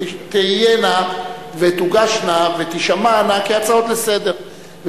תהיינה ותוגשנה ותישמענה כהצעות לסדר-היום,